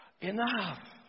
enough